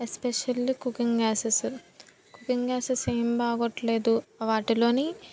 especially cooking యాసెస్ cooking యాసెస్ ఏమీ బాగోట్లేదు వాటిలోని